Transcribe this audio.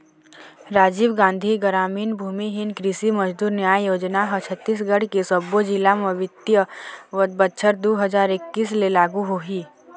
राजीव गांधी गरामीन भूमिहीन कृषि मजदूर न्याय योजना ह छत्तीसगढ़ के सब्बो जिला म बित्तीय बछर दू हजार एक्कीस ले लागू होही